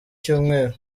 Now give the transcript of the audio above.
cyumweru